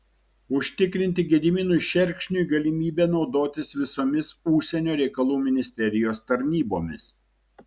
užtikrinti gediminui šerkšniui galimybę naudotis visomis užsienio reikalų ministerijos tarnybomis